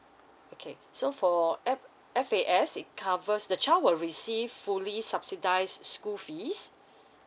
okay so for so F F_A_S it covers the child will receive fully subsidised school fees